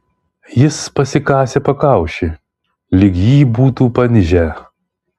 jis pasikasė pakaušį lyg jį būtų panižę